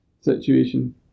situation